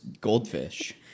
goldfish